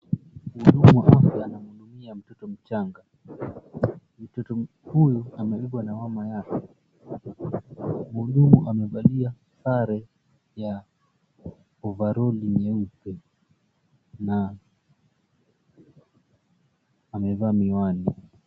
Mhudumu anamuhudumia mtoto mchanga. Mtoto huyu amebebwa na mama yake. Muhudumu amevalia sare ya ovaroli nyeupe, na amevaa miwani.